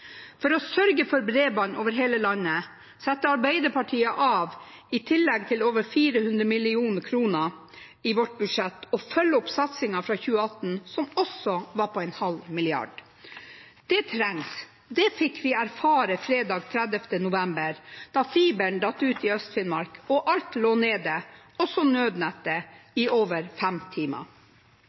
For å sørge for bredbånd over hele landet setter Arbeiderpartiet av over 400 mill. kr i vårt budsjett og følger opp satsingen fra 2018, som også var på en halv milliard. Det trengs. Det fikk vi erfare fredag den 30. november, da fiberen datt ut i Øst-Finnmark og alt lå nede, også nødnettet, i over fem timer.